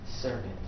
servant